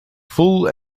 full